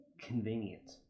convenient